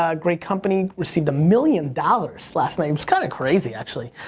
ah great company received a million dollars last night. it was kinda crazy, actually,